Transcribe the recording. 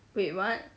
wait what